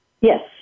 Yes